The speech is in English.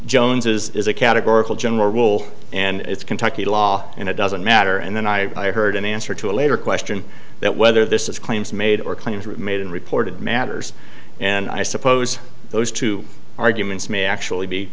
jones's is a categorical general rule and it's kentucky law and it doesn't matter and then i heard an answer to a later question that whether this is claims made or claims are made and reported matters and i suppose those two arguments may actually be